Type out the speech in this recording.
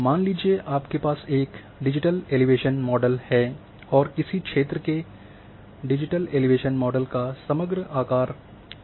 मान लीजिए आपके पास एक डिजिटल एलिवेशन मॉडल है और किसी क्षेत्र के डिजिटल एलिवेशन मॉडल का समग्र आकार आयत है